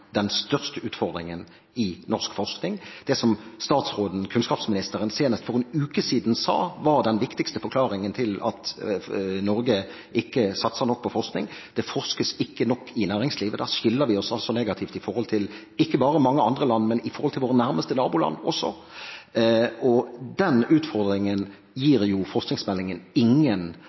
den største utfordringen i norsk forskning, det som kunnskapsministeren senest for en uke siden sa var den viktigste forklaringen på at Norge ikke satser nok på forskning, at det ikke forskes nok i næringslivet. Der skiller vi oss negativt ut, ikke bare i forhold til mange andre land, men også i forhold til våre nærmeste naboland. Den utfordringen gir forskningsmeldingen ingen